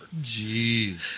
Jeez